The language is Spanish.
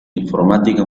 informática